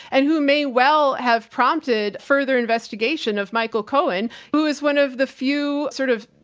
and who may well have prompted further investigation of michael cohen, who is one of the few, sort of,